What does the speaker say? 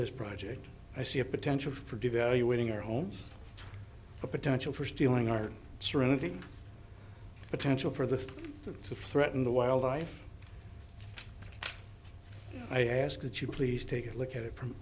this project i see a potential for devaluating our homes the potential for stealing our serenity potential for the to threaten the wildlife i ask that you please take a look at it from